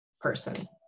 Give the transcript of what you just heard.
person